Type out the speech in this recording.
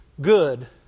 good